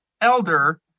elder